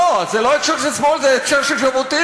לא, זה לא הקשר של שמאל, זה הקשר של ז'בוטינסקי.